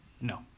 No